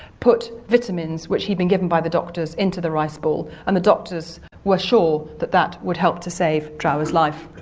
put vitamins which he'd been given by the doctors into the rice ball and the doctors were sure that that would help to save drower's life.